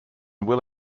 will